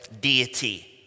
deity